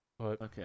okay